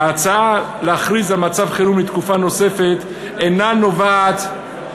ההצעה להכריז על מצב חירום לתקופה נוספת אינה נובעת,